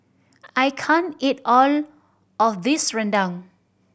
I can't eat all of this rendang